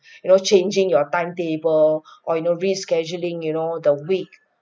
you know changing your timetable or you know rescheduling you know the week